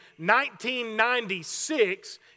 1996